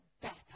back